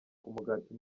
umugati